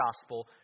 gospel